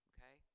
Okay